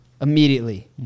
immediately